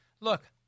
look